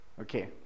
Okay